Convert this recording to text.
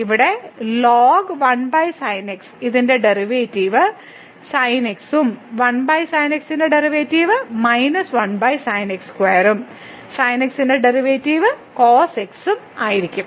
ഇവിടെ ln1sinx ഇതിന്റെ derivative sinx ഉം 1 sinx ന്റെ ഡെറിവേറ്റീവ് 1 sin2x ഉം sinx ന്റെ ഡെറിവേറ്റീവ് cos x ഉം ആയിരിക്കും